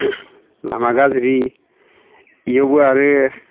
लामा गाज्रि इयावबो आरो